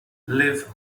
live